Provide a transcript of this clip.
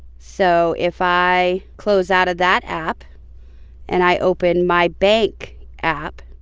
so if i close out of that app and i open my bank app